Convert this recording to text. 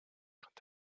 quant